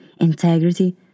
integrity